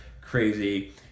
crazy